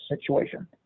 situation